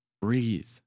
Breathe